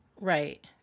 Right